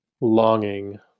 longing